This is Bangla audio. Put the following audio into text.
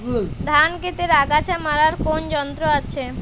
ধান ক্ষেতের আগাছা মারার কোন যন্ত্র আছে?